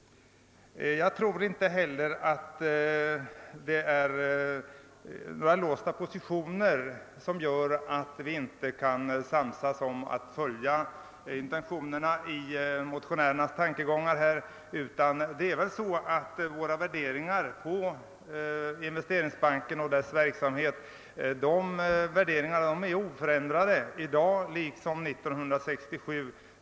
Jag tror inte heller att några låsta positioner gör att vi inte kan ena oss om motionärernas förslag, utan det är väl så att våra värderingar angående Investeringsbanken och dess verksamhet är oförändrade sedan 1967.